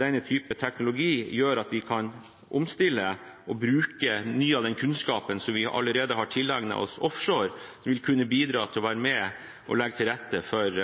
denne typen teknologi gjør at vi kan omstille og bruke mye av den kunnskapen vi allerede har tilegnet oss offshore, og vi vil kunne være med på å legge til rette for